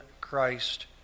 Christ